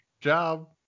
job